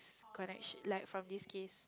connect from this case